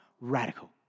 Radical